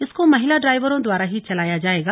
इसको महिला ड्राइवरों द्वारा ही चलाया जाएगा